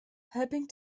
hoping